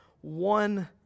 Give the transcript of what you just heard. one